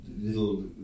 Little